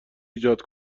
ایجاد